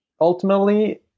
ultimately